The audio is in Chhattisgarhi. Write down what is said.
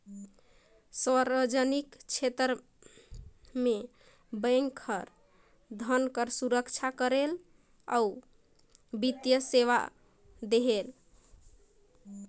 सार्वजनिक छेत्र के बेंक हर धन कर सुरक्छा करथे अउ बित्तीय सेवा देथे